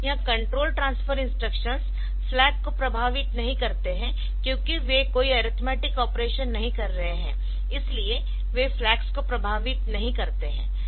यह control transfer instructions flags को प्रभावित नहीं करते है क्योंकि वे कोई अरिथमेटिक ऑपरेशन नहीं कर रहे है इसलिए वे फ्लैग्स को प्रभावित नहीं करते है